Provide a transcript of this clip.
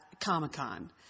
Comic-Con